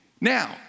Now